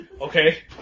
okay